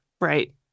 Right